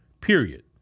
period